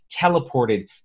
teleported